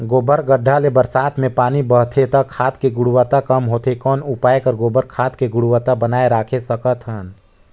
गोबर गढ्ढा ले बरसात मे पानी बहथे त खाद के गुणवत्ता कम होथे कौन उपाय कर गोबर खाद के गुणवत्ता बनाय राखे सकत हन?